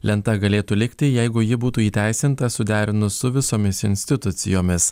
lenta galėtų likti jeigu ji būtų įteisinta suderinus su visomis institucijomis